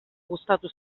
gustatu